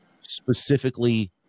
specifically